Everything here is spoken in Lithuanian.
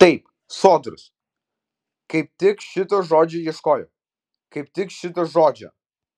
taip sodrus kaip tik šito žodžio ieškojau kaip tik šito žodžio